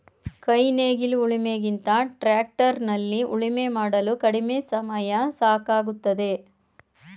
ಕೈ ನೇಗಿಲು ಉಳಿಮೆ ಗಿಂತ ಟ್ರ್ಯಾಕ್ಟರ್ ನಲ್ಲಿ ಉಳುಮೆ ಮಾಡಲು ಕಡಿಮೆ ಸಮಯ ಸಾಕಾಗುತ್ತದೆ